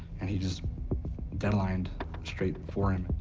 and he just deadlined straight for him.